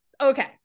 Okay